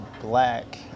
black